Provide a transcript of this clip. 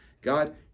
God